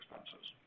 expenses